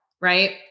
right